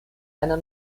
einer